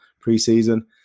pre-season